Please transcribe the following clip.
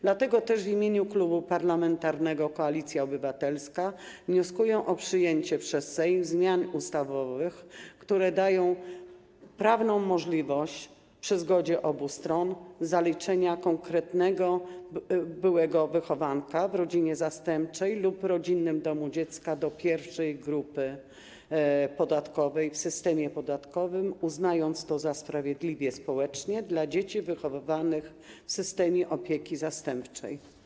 Dlatego też w imieniu Klubu Parlamentarnego Koalicja Obywatelska wnoszę o przyjęcie przez Sejm zmian ustawowych, które dają prawną możliwość, przy zgodzie obu stron, zaliczenia konkretnego byłego wychowanka w rodzinie zastępczej lub rodzinnym domu dziecka do pierwszej grupy podatkowej w systemie podatkowym, uznając to za sprawiedliwe społecznie dla dzieci wychowywanych w systemie opieki zastępczej.